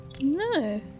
No